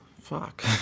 Fuck